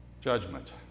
judgment